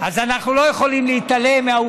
אפשר דבר תורה.